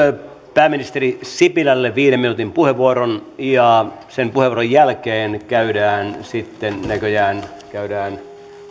pääministeri sipilälle viiden minuutin puheenvuoron sen puheenvuoron jälkeen käydään sitten näköjään